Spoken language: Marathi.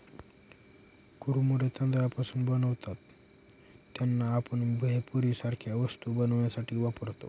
कुरमुरे तांदळापासून बनतात त्यांना, आपण भेळपुरी सारख्या वस्तू बनवण्यासाठी वापरतो